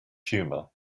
humour